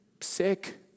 sick